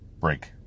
Break